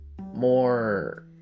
more